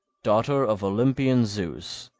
daughter of olympian zeus,